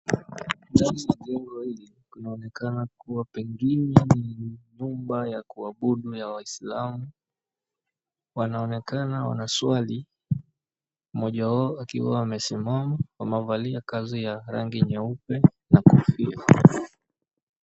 Ndani ya jengo hili kunaonekana pengine ni jumba la kuabudu la waislamu wanaonekana wanaswali mmoja wao akiwa amesimama na amevalia kanzu nyeupe na kofia.